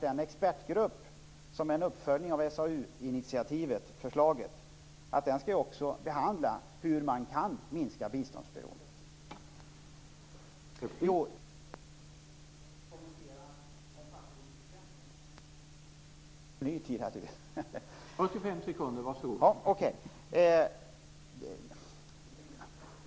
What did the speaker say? Den expertgrupp som är en uppföljning av SAU förslaget skall också behandla hur man kan minska biståndsberoendet.